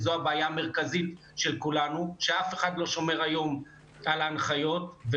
הבעיה המרכזית של כולנו היא שאף אחד לא שומר היום על ההנחיות,